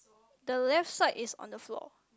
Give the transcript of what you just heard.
the left side is on the floor